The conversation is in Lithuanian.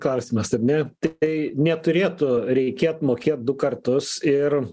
klausimas ar ne tai neturėtų reikėt mokėt du kartus ir